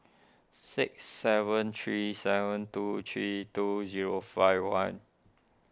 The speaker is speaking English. six seven three seven two three two zero five one